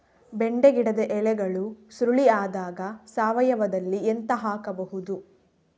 ಬೆಂಡೆ ಗಿಡದ ಎಲೆಗಳು ಸುರುಳಿ ಆದಾಗ ಸಾವಯವದಲ್ಲಿ ಎಂತ ಹಾಕಬಹುದು?